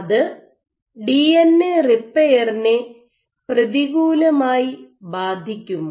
അത് ഡിഎൻഎ റിപ്പയറിനെ പ്രതികൂലമായി ബാധിക്കുമോ